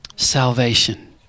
Salvation